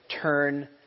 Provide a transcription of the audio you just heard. turn